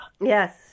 Yes